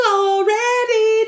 already